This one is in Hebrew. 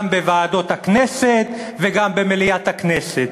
גם בוועדות הכנסת וגם במליאת הכנסת.